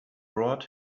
brought